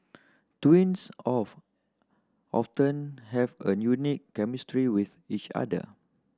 twins of often have a unique chemistry with each other